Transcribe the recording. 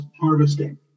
harvesting